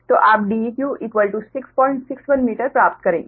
तो आप Deq 661 metre प्राप्त करेंगे